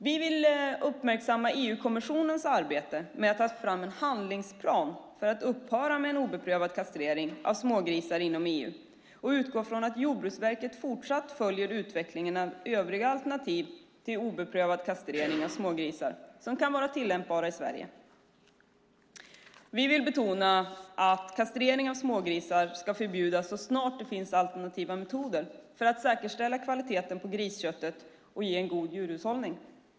Vi vill uppmärksamma EU-kommissionens arbete med att ta fram en handlingsplan för att upphöra med obedövad kastrering av smågrisar inom EU och utgår från att Jordbruksverket fortsatt följer utvecklingen av övriga alternativ till obedövad kastrering av smågrisar som kan vara tillämpbara i Sverige. Vi vill betona att kastrering av smågrisar ska förbjudas så snart det finns alternativa metoder för att säkerställa kvaliteten på grisköttet och god djurhushållning.